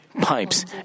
pipes